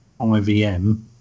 ivm